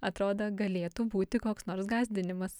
atrodo galėtų būti koks nors gąsdinimas